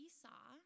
Esau